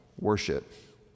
worship